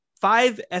five